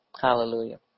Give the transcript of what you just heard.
Hallelujah